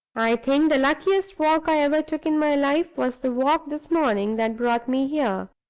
i think the luckiest walk i ever took in my life was the walk this morning that brought me here.